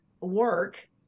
work